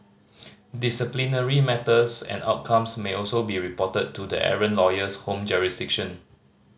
disciplinary matters and outcomes may also be reported to the errant lawyer's home jurisdiction